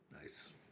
Nice